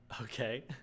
Okay